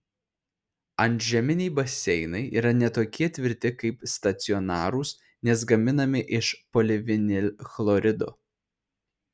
antžeminiai baseinai yra ne tokie tvirti kaip stacionarūs nes gaminami iš polivinilchlorido